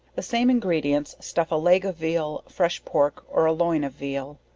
the same ingredients stuff a leg of veal, fresh pork or a loin of veal.